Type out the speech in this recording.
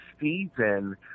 season